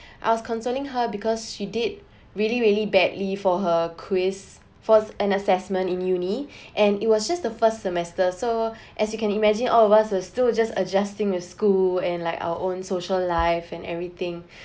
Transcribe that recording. I was consoling her because she did really really badly for her quiz for an assessment in uni and it was just the first semester so as you can imagine all of us are still just adjusting with school and like our own social life and everything